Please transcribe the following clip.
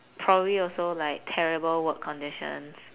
probably also like terrible work conditions